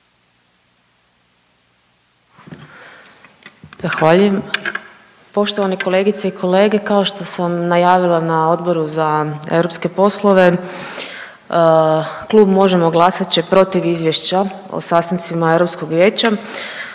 Zahvaljujem. Poštovane kolegice i kolege, kao što sam najavila na Odboru za europske poslove Klub Možemo! glasat će protiv izvješća o sastancima Europskog vijeća